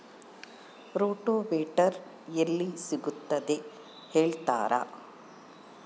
Rotavator ಎಲ್ಲಿ ಸಿಗುತ್ತದೆ ಹೇಳ್ತೇರಾ?